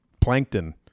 plankton